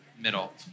middle